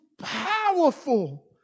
powerful